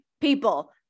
people